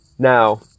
Now